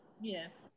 Yes